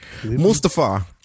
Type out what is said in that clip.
Mustafa